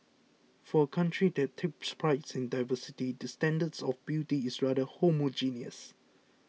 for a country that takes prides in diversity the standards of beauty is rather homogeneous